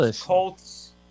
Colts